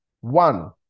One